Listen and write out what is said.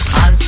on